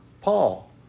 Paul